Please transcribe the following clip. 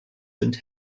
sind